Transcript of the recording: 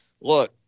Look